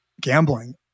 gambling